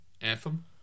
Anthem